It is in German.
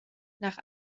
nach